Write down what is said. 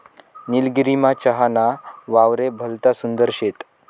निलगिरीमा चहा ना वावरे भलता सुंदर शेत